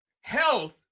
health